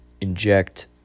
Inject